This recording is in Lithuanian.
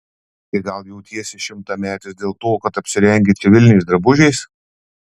tai gal jautiesi šimtametis dėl to kad apsirengei civiliniais drabužiais